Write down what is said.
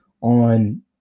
on –